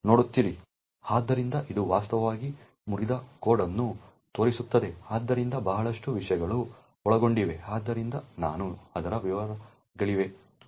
ಆದ್ದರಿಂದ ಇದು ವಾಸ್ತವವಾಗಿ ಮುರಿದ ಕೋಡ್ ಅನ್ನು ತೋರಿಸುತ್ತದೆ ಆದ್ದರಿಂದ ಬಹಳಷ್ಟು ವಿಷಯಗಳು ಒಳಗೊಂಡಿವೆ ಆದ್ದರಿಂದ ನಾನು ಅದರ ವಿವರಗಳಿಗೆ ಹೋಗುವುದಿಲ್ಲ